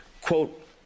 quote